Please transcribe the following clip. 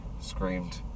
screamed